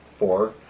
Four